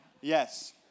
Yes